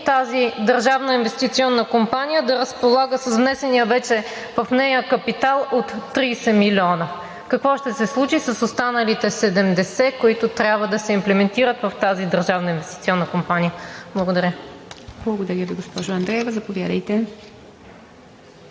тази Държавна инвестиционна компания да разполага с внесения вече в нея капитал от 30 милиона? Какво ще се случи с останалите 70, които трябва да се имплементират в тази Държавна инвестиционна компания? Благодаря. ПРЕДСЕДАТЕЛ ИВА МИТЕВА: Благодаря Ви, госпожо Андреева. Заповядайте.